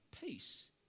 peace